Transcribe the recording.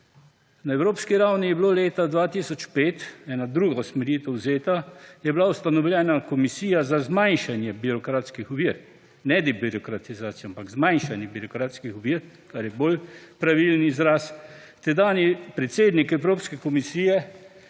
Na evropski ravni je bilo leta 2005 ena druga usmeritev vzeta, je bila ustanovljena komisija za zmanjšanje birokratskih ovir, ne debirokratizacija, ampak zmanjšanje birokrastskih ovir, kar je bolj pravilen izraz. Tedanji predsednik Evropske komisije